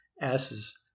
asses